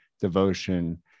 devotion